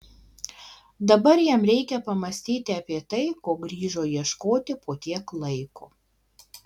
dabar jam reikia pamąstyti apie tai ko grįžo ieškoti po tiek laiko